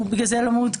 שהוא בגלל זה לא מעודכן,